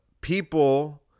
people